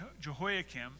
Jehoiakim